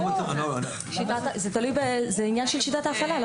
זה עניין של שיטת ההפעלה.